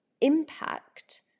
impact